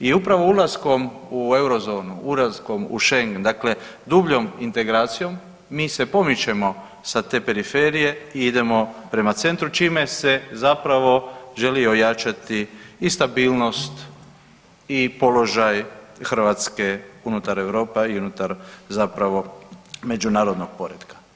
I upravo ulaskom u eurozonu, ulaskom u Schengen, dakle dubljom integracijom mi se pomičemo sa te periferije i idemo prema centru čime se zapravo želi ojačati i stabilnost i položaj Hrvatske unutar Europe, a i unutar zapravo međunarodnog poretka.